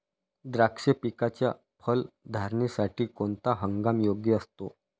द्राक्ष पिकाच्या फलधारणेसाठी कोणता हंगाम योग्य असतो?